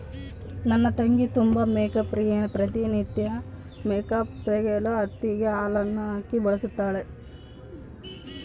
ನನ್ನ ತಂಗಿ ತುಂಬಾ ಮೇಕ್ಅಪ್ ಪ್ರಿಯೆ, ಪ್ರತಿ ನಿತ್ಯ ಮೇಕ್ಅಪ್ ತೆಗೆಯಲು ಹತ್ತಿಗೆ ಹಾಲನ್ನು ಹಾಕಿ ಬಳಸುತ್ತಾಳೆ